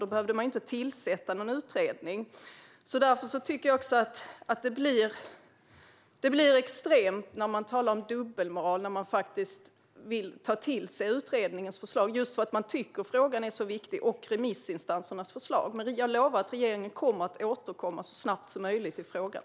Då behövde man inte tillsätta någon utredning. Därför tycker jag också att det blir extremt att tala om dubbelmoral när man vill ta till sig utredningens förslag just för att man tycker att frågan och remissinstansernas förslag är så viktiga. Jag lovar dock att regeringen kommer att återkomma så snabbt som möjligt i frågan.